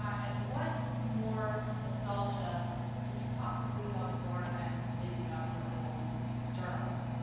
and what more nostalgia could you possibly hope for than digging up your old journals?